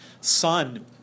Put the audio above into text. son